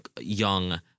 young